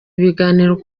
ibiganiro